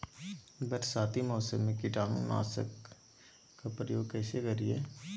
बरसाती मौसम में कीटाणु नाशक ओं का प्रयोग कैसे करिये?